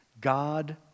God